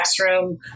classroom